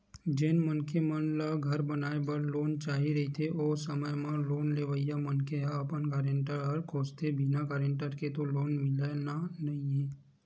जेन मनखे मन ल घर बनाए बर लोन चाही रहिथे ओ समे म लोन लेवइया मनखे ह अपन गारेंटर खोजथें बिना गारेंटर के तो लोन मिलना नइ हे